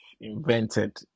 invented